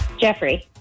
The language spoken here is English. Jeffrey